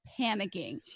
panicking